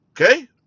Okay